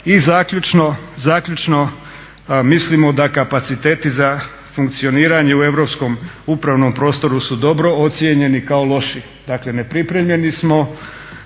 I zaključno, mislimo da kapaciteti za funkcioniranje u europskom upravnom prostoru su dobro ocijenjeni kao loši. Dakle, nepripremljeni smo.